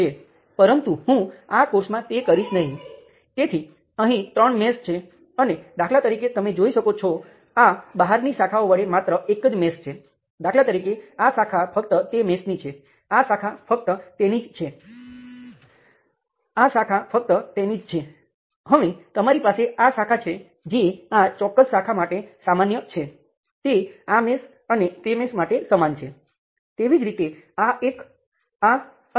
આ પુન નિવેદન પરથી તમે જુઓ છો કે વોલ્ટેજ નિયંત્રિત કરંટ સ્ત્રોત અથવા કરંટ નિયંત્રિત કરંટ સ્ત્રોત વચ્ચે કોઈ તફાવત નથી